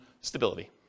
stability